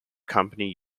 company